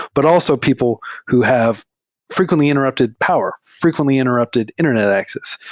but also people who have frequently interrupted power, frequently interrupted internet access.